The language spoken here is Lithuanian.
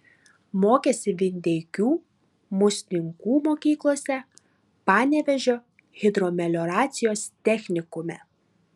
mokėsi vindeikių musninkų mokyklose panevėžio hidromelioracijos technikume